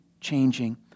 changing